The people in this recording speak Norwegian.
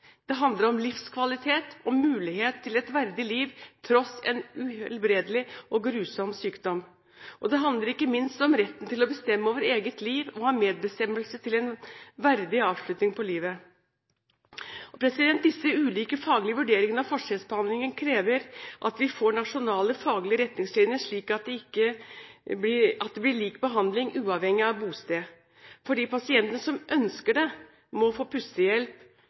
Eikrem handler dette om integritet, om livskvalitet og om muligheten til et verdig liv tross en uhelbredelig og grusom sykdom. Og det handler ikke minst om retten til å bestemme over eget liv og om å ha medbestemmelse til en verdig avslutning på livet. Disse ulike faglige vurderingene og denne forskjellsbehandlingen krever at vi får nasjonale, faglige retningslinjer, slik at det blir lik behandling uavhengig av bosted. For de pasientene som ønsker det, må det å få pustehjelp